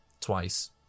twice